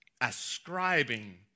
ascribing